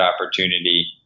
opportunity